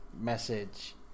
message